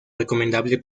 recomendable